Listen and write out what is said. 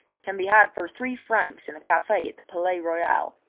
can be had for three francs in a cafe in the palais royal.